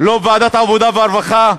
לא בוועדת העבודה והרווחה?